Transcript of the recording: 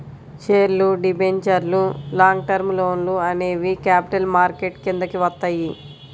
షేర్లు, డిబెంచర్లు, long term లోన్లు అనేవి క్యాపిటల్ మార్కెట్ కిందికి వత్తయ్యి